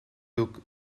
took